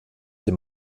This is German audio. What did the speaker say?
dem